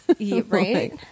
Right